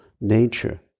nature